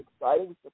exciting